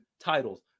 titles